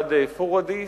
ליד פורידיס,